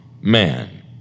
man